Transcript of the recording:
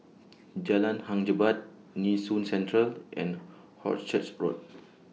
Jalan Hang Jebat Nee Soon Central and Hornchurch Road